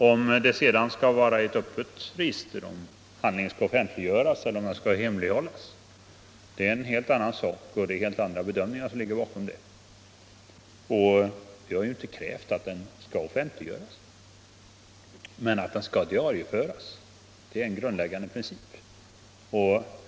Om det sedan skall vara ett öppet register, om handlingen skall offentliggöras eller hemlighållas är en helt annan sak. Det är helt andra bedömningar som ligger bakom det. Vi har inte krävt att skriftväxlingen skall offentliggöras — endast att den skall diarieföras. Det är en grundläggande princip.